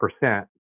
percent